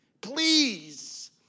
Please